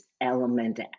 element